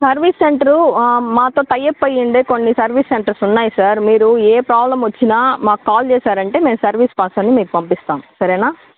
service centre మాతో tie up అయి ఉండి కొన్ని సర్వీస్ సెంటర్స్ ఉన్నాయి సార్ మీకు ఏ ప్రాబ్లెమ్ వచ్చినా మాకు కాల్ చేసారంటే మేం సర్వీస్ పర్సన్ని మీకు పంపిస్తాము సరేనా